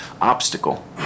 obstacle